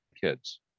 kids